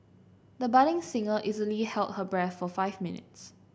the budding singer easily held her breath for five minutes